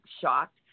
shocked